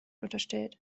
unterstellt